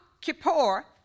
Kippur